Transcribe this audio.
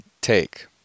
take